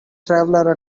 traveller